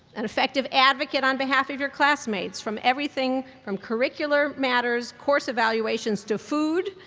an effective advocate on behalf of your classmates, from everything from curricular matters, course evaluations, to food,